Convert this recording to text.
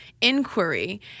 Inquiry